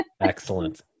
Excellent